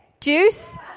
Juice